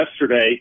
yesterday